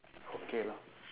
okay lor